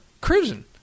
cruising